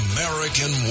American